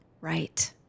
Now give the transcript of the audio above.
right